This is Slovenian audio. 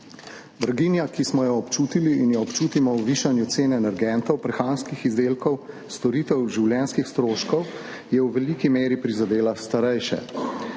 Draginja, ki smo jo občutili in jo občutimo v višanju cene energentov, prehranskih izdelkov, storitev, življenjskih stroškov je v veliki meri prizadela starejše.